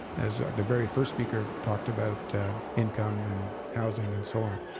as the very first speaker talked about income and housing and so on.